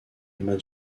emma